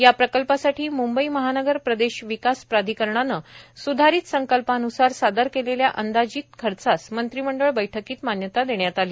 या प्रकल्पासाठी मुंबई महानगर प्रदेश विकास प्राधिकरणाने स्धारित संकल्पान्सार सादर केलेल्या अंदाजित खर्चास मंत्रिमंडळ बैठकीत मान्यता देण्यात आली